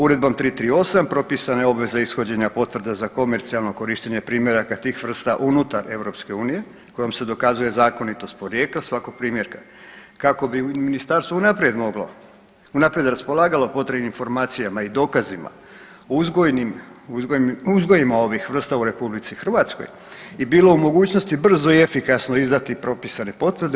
Uredbom 338. propisana je obveza ishođenja potvrda za komercijalno korištenje primjeraka tih vrsta unutar EU kojom se dokazuje zakonitost porijekla svakog primjerka kako bi ministarstvo unaprijed moglo, unaprijed raspolagalo potrebnim informacijama i dokazima, uzgojima ovih vrsta u Republici Hrvatskoj i bilo u mogućnosti brzo i efikasno izdati propisane potvrde.